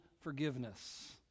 forgiveness